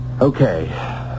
Okay